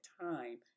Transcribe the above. time